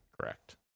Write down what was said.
correct